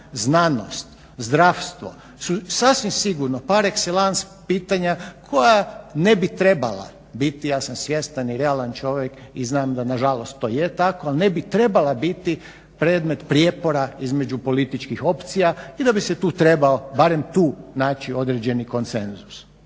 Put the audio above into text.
znanost, zdravstvo su sasvim sigurno par exellance pitanja koja ne bi trebala biti, ja sam svjestan i realan čovjek i znam da nažalost to jest tako ali ne bi trebala biti predmet prijepora između političkih opcija i da bi se tu trebao, barem tu, naći određeni konsenzus.